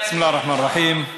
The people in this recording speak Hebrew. בסם אללה א-רחמאן א-רחים.